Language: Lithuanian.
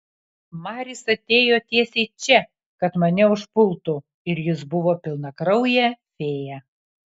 maris atėjo tiesiai čia kad mane užpultų ir jis buvo pilnakraujė fėja